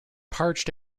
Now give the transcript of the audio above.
parched